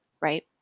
right